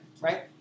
right